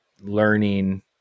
learning